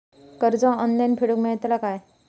कर्ज ऑनलाइन फेडूक मेलता काय?